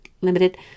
limited